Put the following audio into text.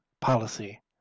Policy